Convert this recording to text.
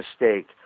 mistake